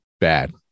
bad